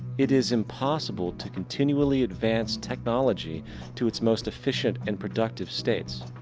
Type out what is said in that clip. it is impossible to continually advance technology to its most efficient and productive states.